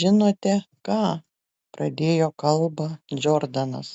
žinote ką pradėjo kalbą džordanas